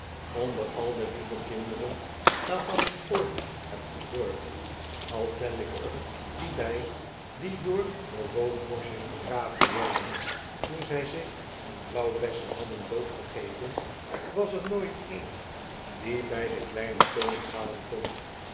onder al de lieve kinderen waarvan ik ooit heb gehoord al tel ik er die bij die door de roodborstjes begraven werden toen zy zich aan blauwbessen hadden doodgegeten was er nooit een die by den kleinen tony halen kon